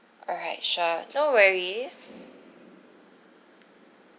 alright sure no worries